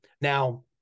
Now